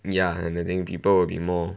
ya and I think people will be more